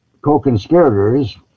co-conspirators